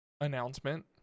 announcement